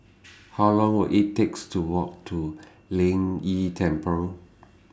How Long Will IT takes to Walk to Lin Yi Temple